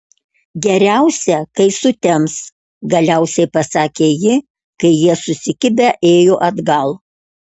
geriausia kai sutems galiausiai pasakė ji kai jie susikibę ėjo atgal